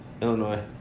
Illinois